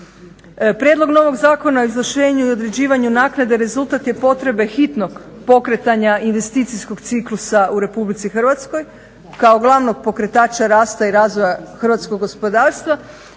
Prijedlog novog Zakona o izvlaštenju i određivanju naknade rezultat je potrebe hitnog pokretanja investicijskog ciklusa u RH kao glavnog pokretača rasta i razvoja hrvatskog gospodarstva